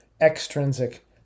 extrinsic